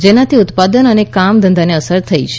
જેનાથી ઉત્પાદન અને કામ ધંધાને અસર થઇ છે